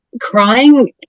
crying